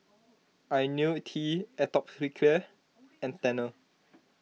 Ionil T Atopiclair and Tena